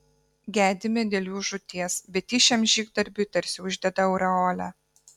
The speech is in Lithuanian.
gedime dėl jų žūties bet ji šiam žygdarbiui tarsi uždeda aureolę